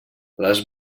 les